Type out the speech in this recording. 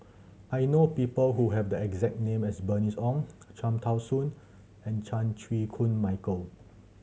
I know people who have the exact name as Bernice Ong Cham Tao Soon and Chan Chew Koon Michael